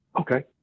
Okay